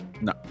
No